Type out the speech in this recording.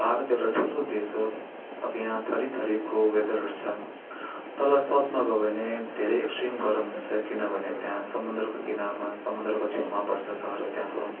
भारत एउटा ठुलो देश हो अब यहाँ थरीथरीको वेदरहरू छ तल साउथमा गयो भने धेरै एक्सट्रिम गरम हुन्छ किनभने त्या समुद्रको किनारमा समुद्रको छेउमा पर्छ सहरहरू त्यहाँको